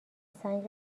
سنگ